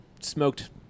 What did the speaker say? smoked